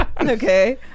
okay